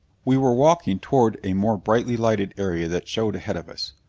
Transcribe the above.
we were walking toward a more brightly lighted area that showed ahead of us.